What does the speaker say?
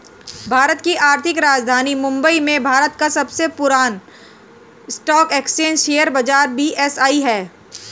भारत की आर्थिक राजधानी मुंबई में भारत का सबसे पुरान स्टॉक एक्सचेंज शेयर बाजार बी.एस.ई हैं